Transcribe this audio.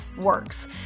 works